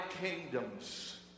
kingdoms